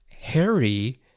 harry